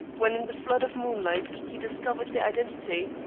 when in the flood of moonlight he discovered their identity,